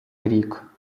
рік